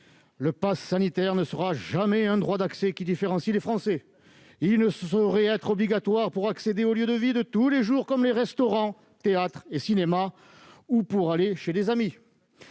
Le passe sanitaire ne sera jamais un droit d'accès qui différencie les Français. Il ne saurait être obligatoire pour accéder aux lieux de la vie de tous les jours comme les restaurants, théâtres et cinémas, ou pour aller chez des amis.